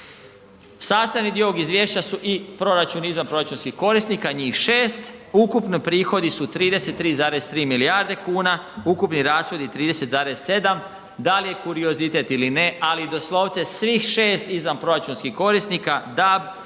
Sastavni dio ovog izvješća su i proračun i izvan proračunskih korisnika, njih 6. Ukupni prihodi su 33,3 milijarde kuna, ukupni rashodi 30,7. Da li je kuriozitet ili ne, ali doslovce svih 6 izvanproračunskih korisnika,